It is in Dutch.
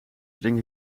drink